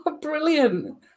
Brilliant